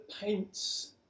paints